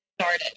started